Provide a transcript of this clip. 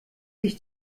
sich